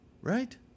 Right